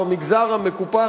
שהוא המגזר המקופח,